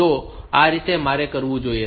તો આ રીતે મારે કરવું જોઈએ